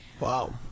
Wow